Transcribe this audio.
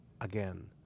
again